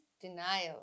denial